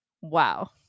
wow